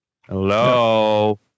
Hello